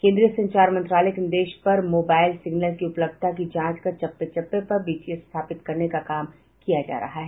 केन्द्रीय संचार मंत्रालय के निर्देश पर मोबाईल सिग्नल की उपलब्धता की जांच कर चप्पे चप्पे पर बीटीएस स्थापित करने का काम किया जा रहा है